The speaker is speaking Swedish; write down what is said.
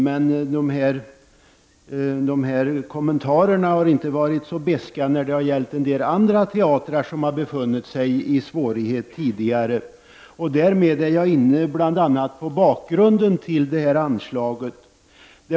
Men kommentarerna har inte varit så beska när det har gällt en del andra teatrar som har befunnit sig i svårigheter tidigare. Därmed är jag inne på bakgrunden till detta anslag.